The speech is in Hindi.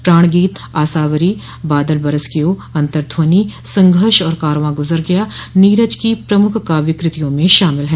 प्राण गीत आसावरी बादल बरस गयो अंतध्वनि संघर्ष और कांरवां गुजर गया नीरज की प्रमुख काव्य कृतियों में शामिल हैं